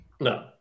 No